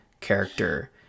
character